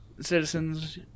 citizens